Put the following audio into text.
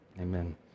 Amen